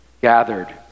gathered